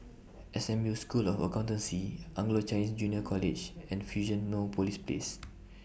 S M U School of Accountancy Anglo Chinese Junior College and Fusionopolis Place